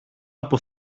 από